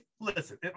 listen